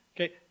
Okay